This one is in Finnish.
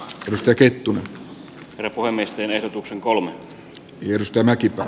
reittu reformistien ehdotuksen kolme kirsti mäkipää